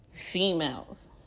females